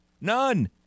None